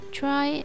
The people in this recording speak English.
try